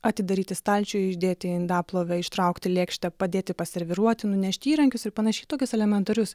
atidaryti stalčių išdėti į indaplovę ištraukti lėkštę padėti paserviruoti nunešti įrankius ir panašiai tokius elementarius